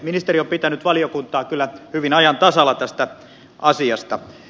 ministeri on pitänyt valiokuntaa kyllä hyvin ajan tasalla tästä asiasta